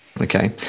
Okay